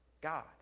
God